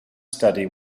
study